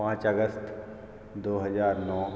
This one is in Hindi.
पाँच अगस्त दो हजार नौ